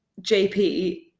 JP